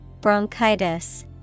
Bronchitis